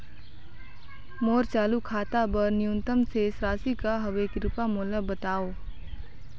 मोर चालू खाता बर न्यूनतम शेष राशि का हवे, कृपया मोला बतावव